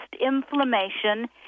inflammation